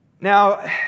Now